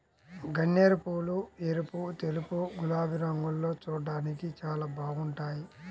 గన్నేరుపూలు ఎరుపు, తెలుపు, గులాబీ రంగుల్లో చూడ్డానికి చాలా బాగుంటాయ్